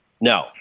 no